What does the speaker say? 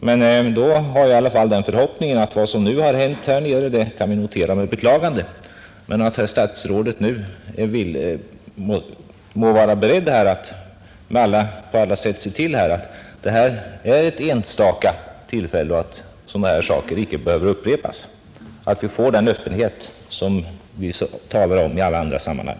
Men då har jag i alla fall förhoppningen att vad som hänt där nere skall noteras med beklagande och att statsrådet nu må vara beredd att på alla sätt se till att detta blir en enstaka företeelse och att sådana händelser inte behöver upprepas — att vi får den öppenhet som vi talar om i alla andra sammanhang.